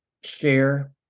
share